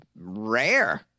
rare